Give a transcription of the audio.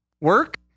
work